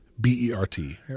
B-E-R-T